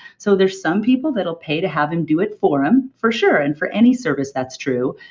so there's some people that'll pay to have him do it for him for sure and for any service that's true,